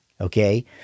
okay